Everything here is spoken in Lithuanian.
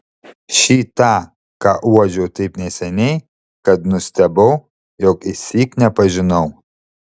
šį tą ką uodžiau taip neseniai kad nustebau jog išsyk nepažinau